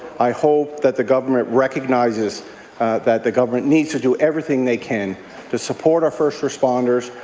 i hope that the government recognizes that the government needs to do everything they can to support our first responders,